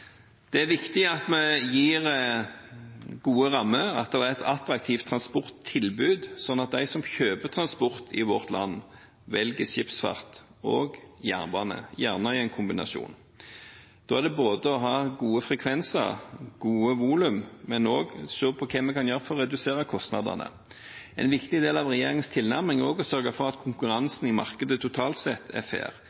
Det er viktig at vi lager gode rammer og har et attraktivt transporttilbud, slik at de som kjøper transport i vårt land, velger skipsfart og jernbane, gjerne i kombinasjon. Da gjelder det å ha både gode frekvenser og gode volum, og også å se på hva vi kan gjøre for å redusere kostnadene. En del av regjeringens tilnærming er også å sørge for at